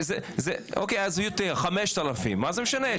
אוקיי, אז 5,000 מה זה משנה?